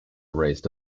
raised